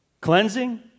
cleansing